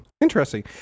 interesting